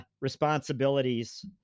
responsibilities